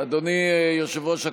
אדוני יושב-ראש הקואליציה,